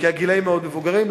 כי הגילאים מאוד מבוגרים.